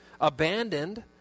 abandoned